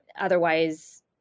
otherwise